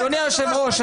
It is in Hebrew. אדוני היושב-ראש,